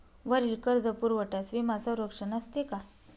वरील कर्जपुरवठ्यास विमा संरक्षण असते का?